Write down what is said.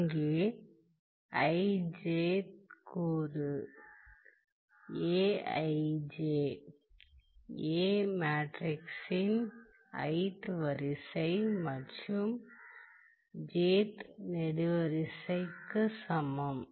இங்கே கூறு A மேட்ரிக்ஸின் வரிசை மற்றும் நெடுவரிசைக்குச் சமம்